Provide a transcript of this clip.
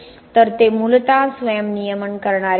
तर ते मूलत स्वयं नियमन करणारे आहे